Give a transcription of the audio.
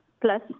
plus